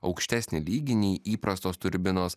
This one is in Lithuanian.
aukštesnį lygį nei įprastos turbinos